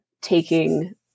taking